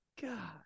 God